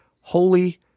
holy